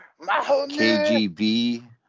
KGB